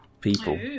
people